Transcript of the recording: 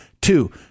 Two